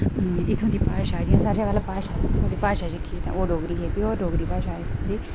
इत्थूं दी भाशा कि सारे कोला भाशा भाशा जेह्की ते ओह् डोगरी ऐ प्योर डोगरी भाशा ऐ एह्दी